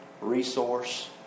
resource